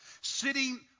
sitting